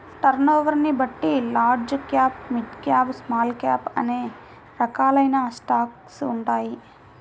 టర్నోవర్ని బట్టి large cap, mid cap, small cap అనే రకాలైన స్టాక్స్ ఉంటాయి